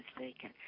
mistaken